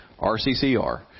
RCCR